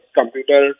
computer